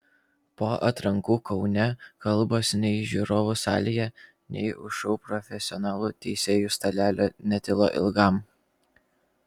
po atrankų kaune kalbos nei žiūrovų salėje nei už šou profesionalų teisėjų stalelio netilo ilgam